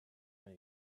and